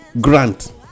grant